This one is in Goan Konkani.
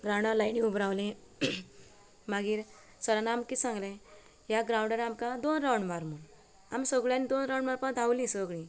ग्राउंडार लाईनी उब रावली मागीर सरान आमकां कितें सांगलें ह्या ग्राउंडार आमकां दोन राउंड मार म्हूण आमी सगळ्यांनी दोन राउंड मारपाक धांवलीं सगळीं